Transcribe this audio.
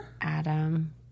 Adam